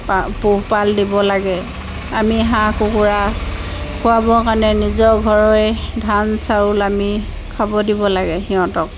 পা পোহপাল দিব লাগে আমি হাঁহ কুকুৰা খোৱাবৰ কাৰণে নিজৰ ঘৰৰে ধান চাউল আমি খাব দিব লাগে সিহঁতক